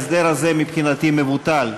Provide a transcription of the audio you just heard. ההסדר הזה מבחינתי מבוטל.